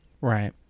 Right